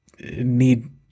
need